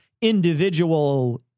individual